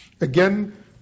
Again